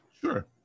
Sure